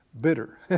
bitter